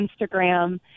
Instagram